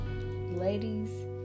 Ladies